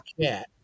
chat